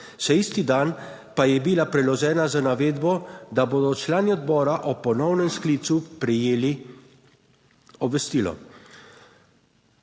še isti dan pa je bila priložena z navedbo, da bodo člani odbora o ponovnem sklicu prejeli obvestilo.